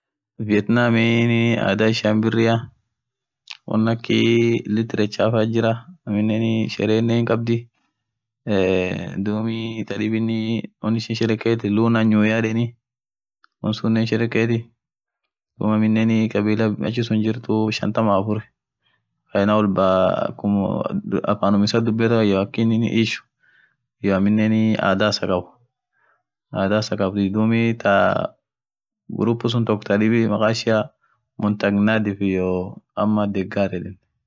Vetnamin adhaa ishian birria won akhiii literature faaathi jira aminen Sherenen hin khabdhii eee dhub thadhibin won ishin sherekhetu lunna new year yedheni wonsunen hinsherekethi dhub aminen kabila achisun jirtuuu shantam afurr hayaa naam wolbaaa akhum afanum isaa dhubethaa akinin ishuu iyo aminen adhaa isaa khabu adha isaa khabdhu dhubiii thaa group suun toko thaa dhibii makhaaa ishia mutak nadhif iyoo ama dhegard